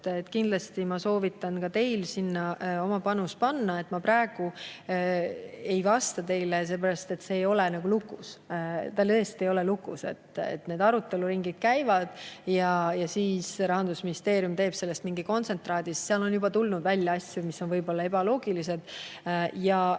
Kindlasti ma soovitan ka teil sinna oma panus [anda]. Ma praegu ei vasta teile, seepärast et see [maks] ei ole lukus. See tõesti ei ole lukus, aruteluringid käivad ja siis Rahandusministeerium teeb sellest mingi kontsentraadi. On juba tulnud välja asju, mis on võib-olla ebaloogilised ja lähevad